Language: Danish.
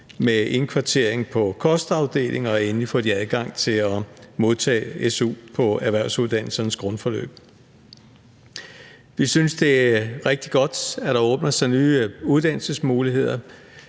til indkvartering på kostafdelinger, og endelig at de får adgang til at modtage su på erhvervsuddannelsernes grundforløb. Vi synes, at det er rigtig godt, at der åbner sig nye uddannelsesmuligheder.